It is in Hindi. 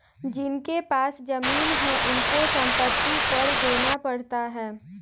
जिनके पास जमीने हैं उनको संपत्ति कर देना पड़ता है